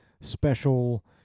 special